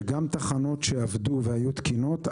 שגם תחנות שעבדו והיו תקינות,